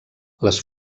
les